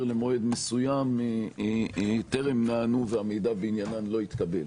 למועד מסוים טרם נענו והמידע בעניינם לא התקבל.